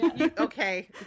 Okay